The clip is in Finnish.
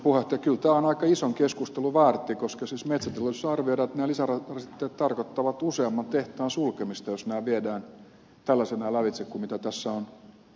kyllä tämä on aika ison keskustelun väärti koska siis metsäteollisuudessa arvioidaan että nämä lisärasitteet tarkoittavat useamman tehtaan sulkemista jos nämä viedään tällaisenaan lävitse kuin mitä tässä on todettu